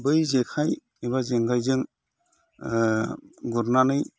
बै जेखाइ एबा जेंगाइजों गुरनानै